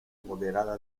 moderada